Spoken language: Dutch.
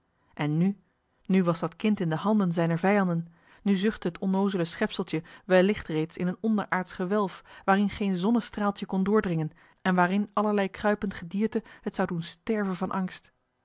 en nu nu was dat kind in de handen zijner vijanden nu zuchtte het onnoozele schepseltje wellicht reeds in een onderaardsch gewelf waarin geen zonnestraaltje kon doordringen en waarin allerlei kruipend gedierte het zou doen sterven van angst